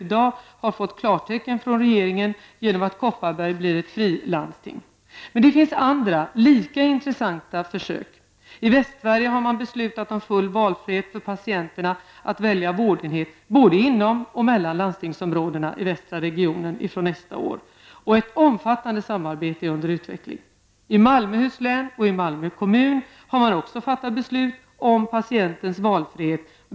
Denna har i dag fått klartecken från regeringen genom att Kopparberg har blivit fri-landsting. Andra, lika intressanta försök, pågår också. I Västsverige har man beslutat om full valfrihet för patienterna när det gäller att välja vårdenhet både inom och mellan landstingsområdena i västra regionen fr.o.m. nästa år. Ett omfattande samarbete är under utveckling. I Malmöhus län och i Malmö kommun har man också fattat beslut om patientens valfrihet.